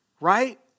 right